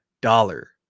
dollar